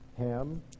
Ham